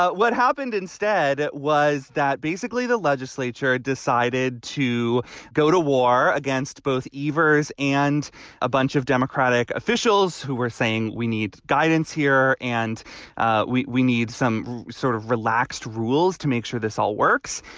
but what happened instead was that basically the legislature decided to go to war against both iver's and a bunch of democratic officials who were saying, we need guidance here and ah we we need some sort of relaxed rules to make sure this all works.